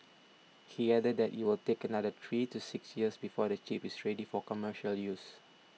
he added that it will take another three to six years before the chip is ready for commercial use